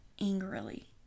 angrily